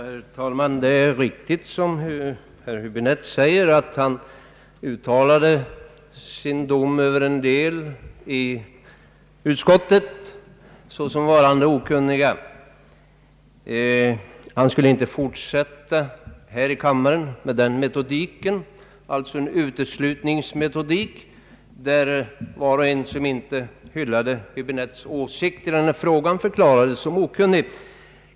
Herr talman! Det är riktigt som herr Häbinette säger, att han uttalade sin dom över en del i utskottet såsom varande okunniga. Han säger sig inte vilja fortsätta här i kammaren med denna uteslutningsmetodik, enligt vilken var och en som inte hyllade herr Häbinettes åsikter i denna fråga förklarades som okunnig.